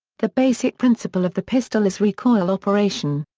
the basic principle of the pistol is recoil operation.